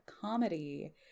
comedy